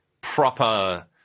proper